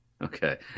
okay